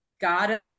God